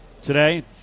today